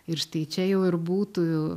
ir štai čia jau ir būtų